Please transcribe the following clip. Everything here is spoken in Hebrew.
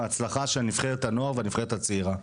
ההצלחה של נבחרת הנוער והנבחרת הצעירה.